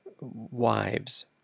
wives